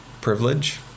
privilege